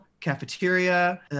cafeteria